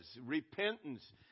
repentance